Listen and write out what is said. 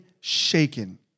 shaken